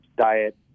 diet